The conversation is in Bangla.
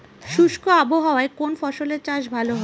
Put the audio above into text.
শুষ্ক আবহাওয়ায় কোন ফসলের চাষ ভালো হয়?